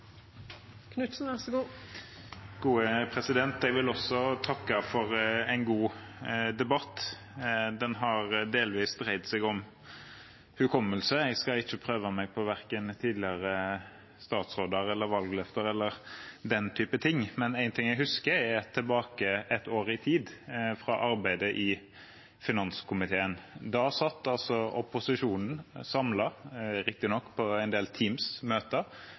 en god debatt. Den har delvis dreid seg om hukommelse. Jeg skal ikke prøve meg på verken tidligere statsråder eller valgløfter eller den type ting, men én ting jeg husker, er et år tilbake i tid, fra arbeidet i finanskomiteen. Da satt opposisjonen samlet – riktignok på en del